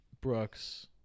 Brooks